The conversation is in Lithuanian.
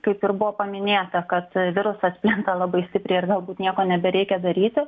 kaip ir buvo paminėta kad virusas plinta labai stipriai ir galbūt nieko nebereikia daryti